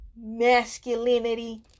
Masculinity